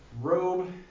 robe